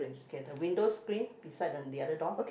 okay the windows screen beside on the other door